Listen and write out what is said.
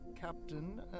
captain